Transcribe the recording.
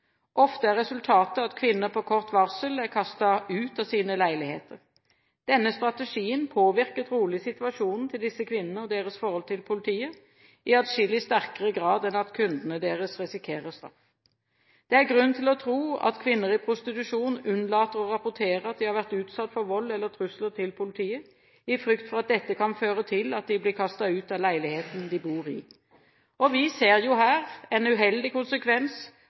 Ofte er resultatet at kvinner på kort varsel kastes ut av sine leiligheter. Denne strategien påvirker trolig situasjonen til disse kvinnene og deres forhold til politiet i adskillig sterkere grad enn at kundene deres risikerer straff. Det er grunn til å tro at kvinner i prostitusjon unnlater å rapportere at de har vært utsatt for vold eller trusler til politiet, i frykt for at dette kan føre til at de blir kastet ut av leiligheten de bor i. Vi ser her en uheldig konsekvens